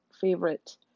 favorite